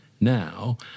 now